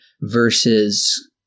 versus –